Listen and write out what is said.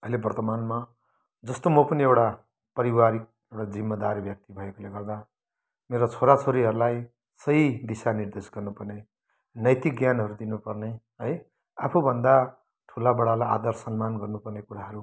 अहिले वर्तमानमा जस्तो म पनि एउटा पारिवारिक एउटा जिम्मेदार व्यक्ति भएकोले गर्दा मेरो छोरा छोरीहरूलाई सही दिशा निर्देश गर्नुपर्ने नैतिक ज्ञानहरू दिनुपर्ने है आफूभन्दा ठुलाबडालाई आदर सम्मान गर्नु पर्ने कुराहरू